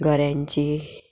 घऱ्यांची